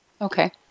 Okay